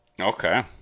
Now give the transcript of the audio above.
Okay